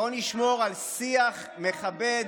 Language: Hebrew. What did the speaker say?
בוא נשמור על שיח מכבד.